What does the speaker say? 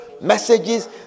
messages